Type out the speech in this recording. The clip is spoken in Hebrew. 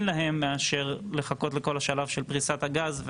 להם מאשר לחכות לכל השלב של פריסת הגז,